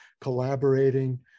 collaborating